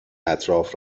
اطراف